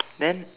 then